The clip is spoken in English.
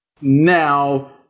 Now